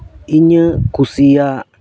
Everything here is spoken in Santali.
ᱤᱧᱟᱹᱜ ᱠᱩᱥᱤᱭᱟᱜ